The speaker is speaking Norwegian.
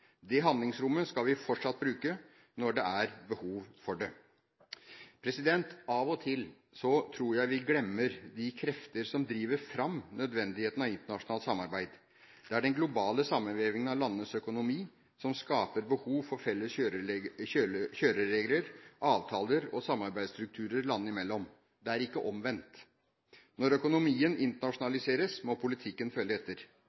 Det handlingsrommet skal vi fortsatt bruke når det er behov for det. Av og til tror jeg vi glemmer de krefter som driver fram nødvendigheten av internasjonalt samarbeid. Det er den globale sammenvevingen av landenes økonomi som skaper behov for felles kjøreregler, avtaler og samarbeidsstrukturer landene imellom. Det er ikke omvendt. Når økonomien internasjonaliseres, må politikken følge etter.